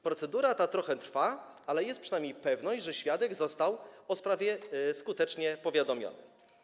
Procedura ta trochę trwa, ale przynajmniej jest pewność, że świadek został o sprawie skutecznie powiadomiony.